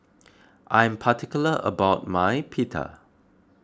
I am particular about my Pita